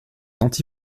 anti